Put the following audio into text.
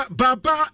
baba